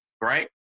right